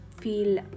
feel